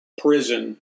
prison